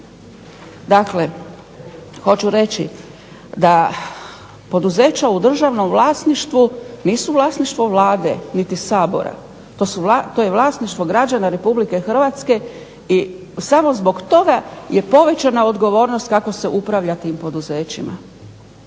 Dakle, hoću reći da poduzeća u državnom vlasništvu nisu vlasništvo Vlade niti Sabora, to je vlasništvo građana Republike Hrvatske i samo zbog toga je povećana odgovornost kako se upravlja tim poduzećima.